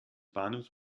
bahnhofs